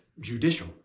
judicial